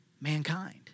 mankind